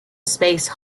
space